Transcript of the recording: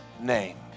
name